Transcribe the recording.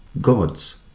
God's